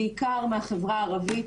בעיקר מהחברה הערבית,